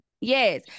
yes